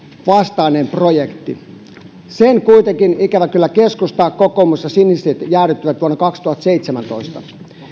vastainen projekti niin sen kuitenkin ikävä kyllä keskusta kokoomus ja siniset jäädyttivät vuonna kaksituhattaseitsemäntoista